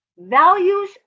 Values